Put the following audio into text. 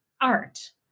art